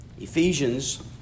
Ephesians